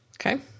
Okay